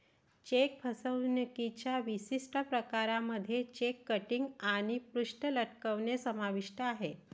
check फसवणुकीच्या विशिष्ट प्रकारांमध्ये चेक किटिंग आणि पृष्ठ लटकणे समाविष्ट आहे